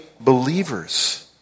believers